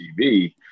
tv